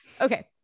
Okay